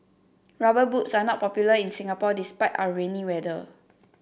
rubber boots are not popular in Singapore despite our rainy weather